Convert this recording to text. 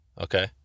okay